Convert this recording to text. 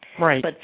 Right